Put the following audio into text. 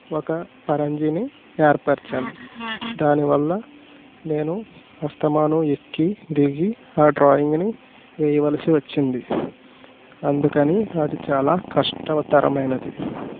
ఒక పరంజిని ఏర్పరచాను దానివల్ల నేను అస్తమానం ఎక్కి దిగి ఆ డ్రాయింగ్ని వేయవలసి వచ్చింది అందుకని అది చాలా కష్టతరమైనది